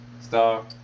Star